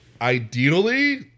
ideally